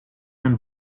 and